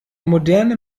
moderne